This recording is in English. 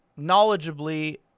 knowledgeably